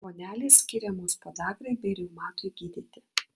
vonelės skiriamos podagrai bei reumatui gydyti